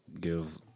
give –